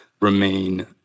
remain